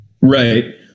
Right